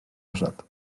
rosat